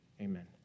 Amen